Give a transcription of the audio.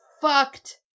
fucked